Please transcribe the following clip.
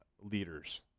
leaders